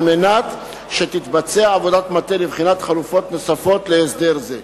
מנת שתתבצע עבודת מטה לבחינת חלופות נוספות להסדר זה.